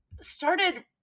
started